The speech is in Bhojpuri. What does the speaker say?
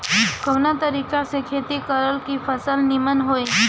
कवना तरीका से खेती करल की फसल नीमन होई?